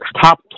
top